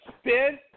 spin